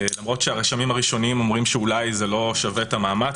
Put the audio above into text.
למרות שהרשמים הראשוניים אומרים שאולי זה לא שווה את המאמץ,